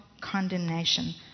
condemnation